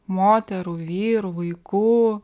moterų vyrų vaikų